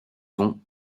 ont